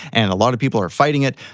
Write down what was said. and a lot of people are fighting it,